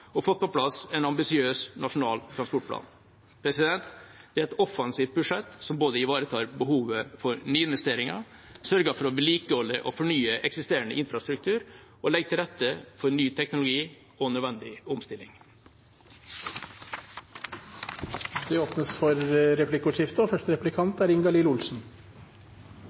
og fått på plass en ambisiøs nasjonal transportplan. Dette er et offensivt budsjett, som både ivaretar behovet for nyinvesteringer, sørger for å vedlikeholde og fornye eksisterende infrastruktur og legger til rette for ny teknologi og nødvendig omstilling. Det blir replikkordskifte. I innstillingen framkommer det at det er avsatt 350 mill. kr til forskuttering av midler til fiskerihavner og